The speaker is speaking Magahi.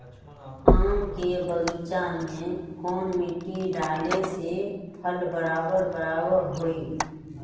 आम के बगीचा में कौन मिट्टी डाले से फल बारा बारा होई?